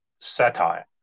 satire